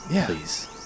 please